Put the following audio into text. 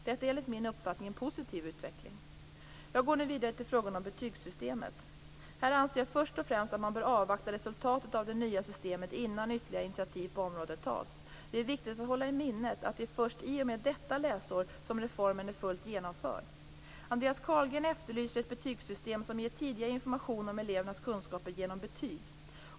Detta är, enligt min uppfattning, en positiv utveckling. Jag går nu vidare till frågan om betygssystemet. Här anser jag först och främst att man bör avvakta resultatet av det nya systemet innan ytterligare initiativ på området tas. Det är viktigt att hålla i minnet att det är först i och med detta läsår som reformen är fullt genomförd. Andreas Carlgren efterlyser ett betygssystem som ger tidigare information om elevernas kunskaper genom betyg.